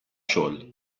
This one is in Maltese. xogħol